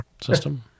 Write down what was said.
System